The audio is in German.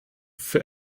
für